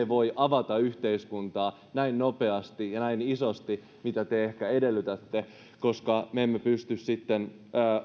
voi avata yhteiskuntaa näin nopeasti ja näin isosti mitä te ehkä edellytätte koska me emme pysty sitten